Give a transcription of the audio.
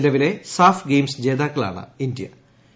നിലവിലെ SAFF Games ജേതാക്കളാണ് ഇന്തൃ